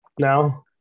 No